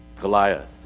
Goliath